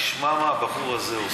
תשמע מה הבחור הזה,